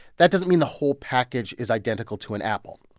that doesn't mean the whole package is identical to an apple.